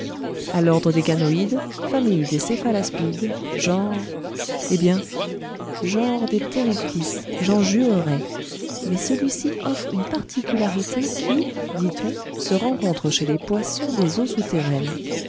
a l'ordre des ganoïdes famille des céphalaspides genre eh bien genre des pterychtis j'en jurerais mais celui-ci offre une particularité qui dit-on se rencontre chez les poissons des eaux souterraines